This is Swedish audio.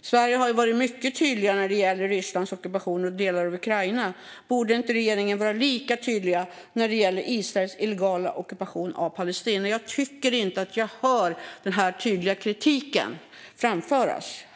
Sverige har varit ju mycket tydligt när det gäller Rysslands ockupation av delar av Ukraina. Borde regeringen inte vara lika tydlig när det gäller Israels illegala ockupation av Palestina? Jag tycker inte att jag hör den tydliga kritiken framföras.